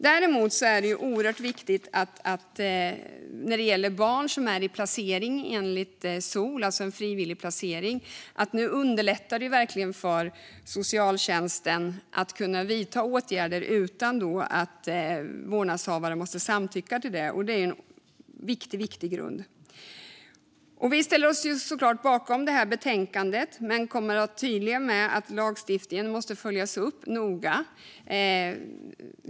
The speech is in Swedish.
När det gäller barn som är placerade enligt SoL, och som alltså har en frivillig placering, underlättar det verkligen för socialtjänsten att kunna vidta åtgärder utan att vårdnadshavare måste samtycka till det. Detta är en mycket viktig grund. Vi i Liberalerna ställer oss såklart bakom förslaget i betänkandet, men vi kommer att vara tydliga med att lagstiftningen måste följas upp noga.